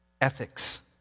ethics